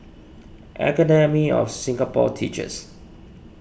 Academy of Singapore Teachers